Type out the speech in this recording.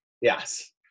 Yes